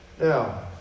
Now